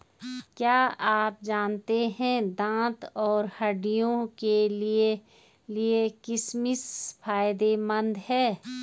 क्या आप जानते है दांत और हड्डियों के लिए किशमिश फायदेमंद है?